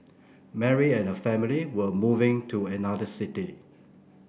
Mary and her family were moving to another city